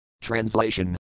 Translation